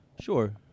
Sure